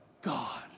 God